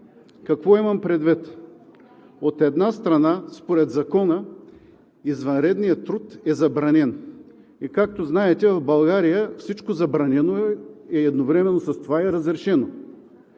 Какво имам предвид? От една страна, според Закона извънредният труд е забранен. Както знаете, в България всичко забранено е едновременно с това и разрешено.